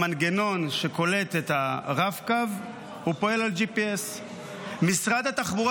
המנגנון שקולט את הרב-קו פועל על GPS. משרד התחבורה